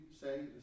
say